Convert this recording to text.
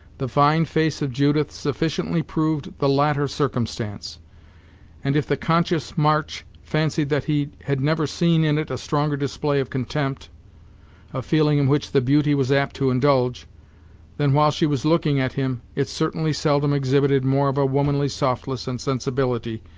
the fine face of judith sufficiently proved the latter circumstance and if the conscious march fancied that he had never seen in it a stronger display of contempt a feeling in which the beauty was apt to indulge than while she was looking at him, it certainly seldom exhibited more of a womanly softness and sensibility,